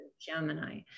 Gemini